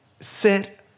sit